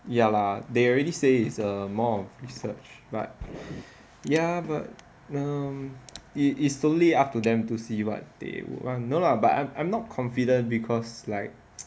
ya lah they already say it's err more of research but ya but um it's solely up to them to see what they want no lah but I'm I'm not confident cause like